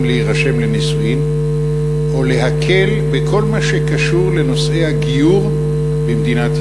להירשם לנישואים או להקל בכל מה שקשור לנושאי הגיור במדינת ישראל?